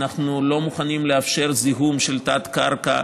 אנחנו לא מוכנים לאפשר זיהום של התת-קרקע